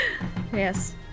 Yes